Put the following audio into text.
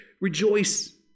rejoice